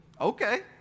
Okay